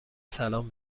سلام